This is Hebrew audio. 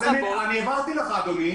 אני העברתי לך, אדוני.